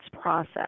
process